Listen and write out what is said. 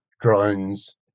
drones